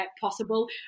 possible